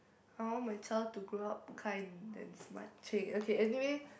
I want my child to grow up kind than smart !chey! okay anyway